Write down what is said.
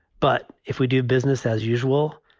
but if we do business as usual,